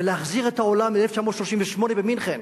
ולהחזיר את העולם ל-1938 במינכן,